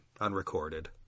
unrecorded